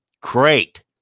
Great